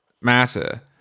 matter